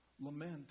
Lament